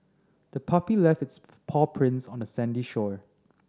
the puppy left its paw prints on the sandy shore